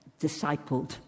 discipled